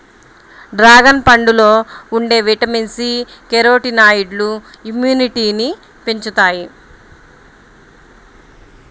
dragon పండులో ఉండే vitamin C, కెరోటినాయిడ్లు ఇమ్యునిటీని పెంచుతాయి